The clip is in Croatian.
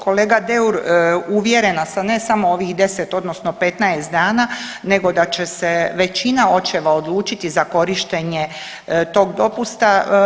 Kolega Deur, uvjerena sam ne samo ovih 10 odnosno 15 dana nego da će se većina očeva odlučiti za korištenje tog dopusta.